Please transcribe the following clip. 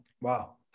Wow